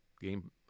game